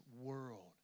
world